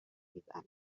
میزنه